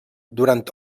durant